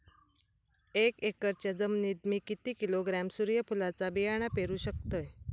एक एकरच्या जमिनीत मी किती किलोग्रॅम सूर्यफुलचा बियाणा पेरु शकतय?